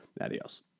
adios